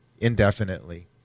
indefinitely